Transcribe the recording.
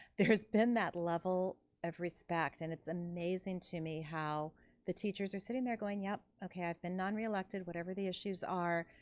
there's been that level of respect and it's amazing to me how the teachers are sitting there going, yep, okay i've been non reelected, whatever the issues are,